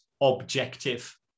objective